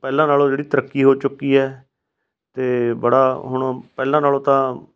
ਪਹਿਲਾਂ ਨਾਲੋਂ ਜਿਹੜੀ ਤਰੱਕੀ ਹੋ ਚੁੱਕੀ ਹੈ ਅਤੇ ਬੜਾ ਹੁਣ ਪਹਿਲਾਂ ਨਾਲੋਂ ਤਾਂ